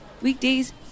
Weekdays